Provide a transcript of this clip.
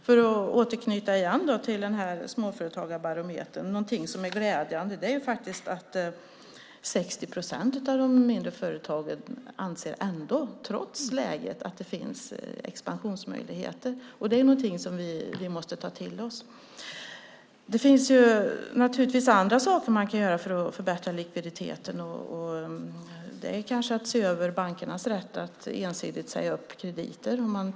Något som är glädjande i Småföretagarbarometern är att 60 procent av de mindre företagen trots läget faktiskt anser att det finns expansionsmöjligheter. Det är något som vi måste ta till oss. Det finns naturligtvis andra saker som man kan göra för att förbättra likviditeten, till exempel att se över bankernas rätt att ensidigt säga upp krediter.